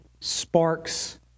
sparks